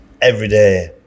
everyday